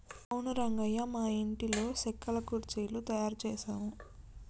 అవును రంగయ్య మా ఇంటిలో సెక్కల కుర్చీలు తయారు చేసాము